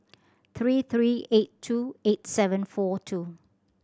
three three eight two eight seven four two